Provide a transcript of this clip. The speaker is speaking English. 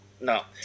No